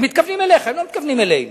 הם מתכוונים אליך, הם לא מתכוונים אלינו.